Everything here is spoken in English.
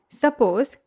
Suppose